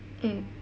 mm